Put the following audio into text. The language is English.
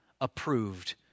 approved